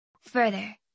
Further